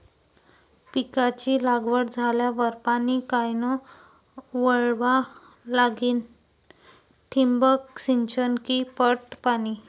पिकाची लागवड झाल्यावर पाणी कायनं वळवा लागीन? ठिबक सिंचन की पट पाणी?